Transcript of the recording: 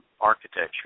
architecture